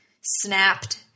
snapped